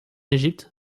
égypte